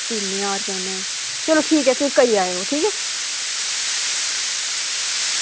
तीन ज्हार कन्नै चलो ठीक ऐ फिर करी आवेओ ठीक ऐ